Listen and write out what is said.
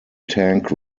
tank